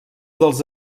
dels